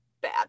bad